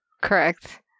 correct